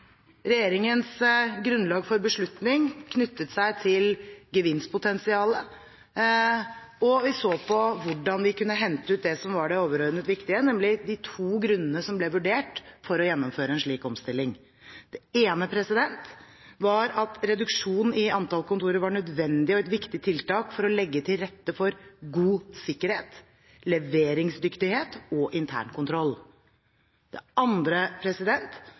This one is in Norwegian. Regjeringens grunnlag for beslutning knyttet seg til gevinstpotensialet. Vi så på hvordan vi kunne hente ut det som var det overordnet viktige, nemlig de to grunnene som ble vurdert, for å gjennomføre en slik omstilling. Den ene var at reduksjonen i antall kontorer var et nødvendig og viktig tiltak for å legge til rette for god sikkerhet, leveringsdyktighet og internkontroll. Den andre